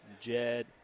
Jed